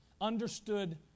understood